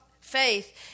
faith